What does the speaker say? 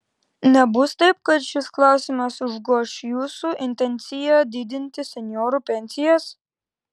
nebus taip kad šis klausimas užgoš jūsų intenciją didinti senjorų pensijas